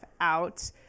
out